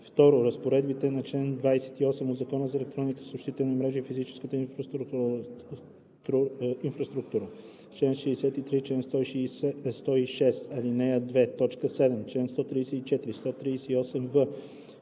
2. разпоредбите на чл. 28 от Закона за електронните съобщителни мрежи и физическа инфраструктура,